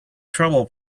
trouble